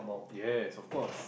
yes of course